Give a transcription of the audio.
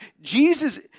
Jesus